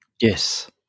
Yes